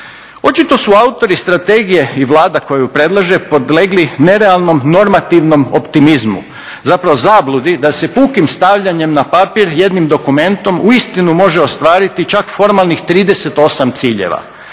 Očito su autori strategije i Vlada koja ju predlaže podlegli nerealnom, normativnom optimizmu, zapravo zabludi da se pukim stavljanjem na papir jednim dokumentom uistinu može ostvariti čak formalnih 38 ciljeva,